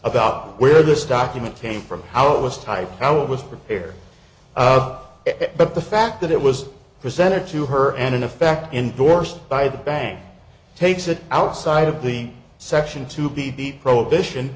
about where this document came from how it was typed how it was prepared of it but the fact that it was presented to her and in effect indorsed by the bank takes it outside of the section to be prohibition